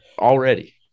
Already